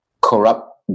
corrupt